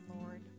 Lord